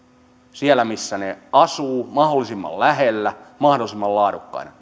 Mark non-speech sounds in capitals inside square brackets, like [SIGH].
siellä missä he asuvat mahdollisimman lähellä ja mahdollisimman laadukkaina [UNINTELLIGIBLE]